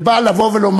שבא לומר: